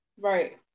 Right